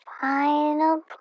final